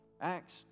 Acts